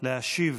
להשיב